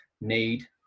need